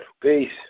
peace